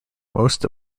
most